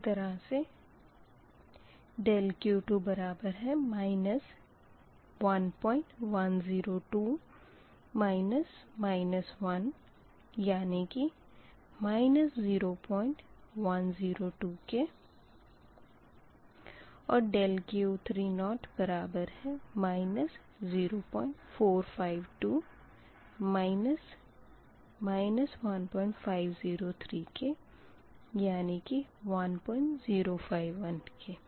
इसी तरह से ∆Q2 बराबर है 1102 यानी कि 0102 के और ∆Q30 बराबर है 0452 1503 के यानी कि 1051के